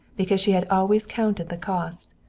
because she had always counted the cost.